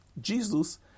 Jesus